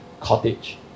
cottage